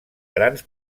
grans